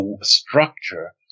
structure